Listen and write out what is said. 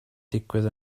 digwydd